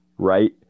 Right